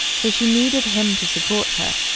so she needed him to support her.